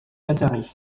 atari